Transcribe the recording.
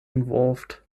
involved